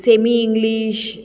semi English